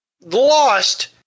lost